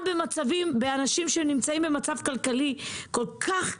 אנשים שנמצאים במצב כלכלי כל כך קשה,